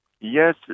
Yes